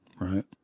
right